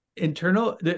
internal